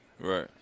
Right